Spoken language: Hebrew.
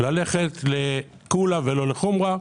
ללכת לקולא ולא לחומרה.